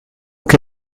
che